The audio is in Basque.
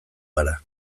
gara